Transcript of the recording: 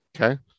okay